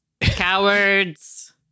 Cowards